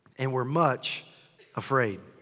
and were much afraid.